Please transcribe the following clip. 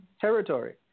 territory